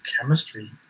chemistry